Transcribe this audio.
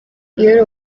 iyo